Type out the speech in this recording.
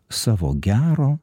savo gero